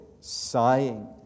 sighing